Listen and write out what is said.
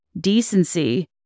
decency